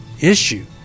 issue